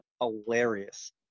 hilarious